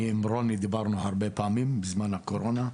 עם רוני דיברנו הרבה פעמים בזמן הקורונה.